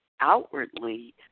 outwardly